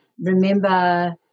remember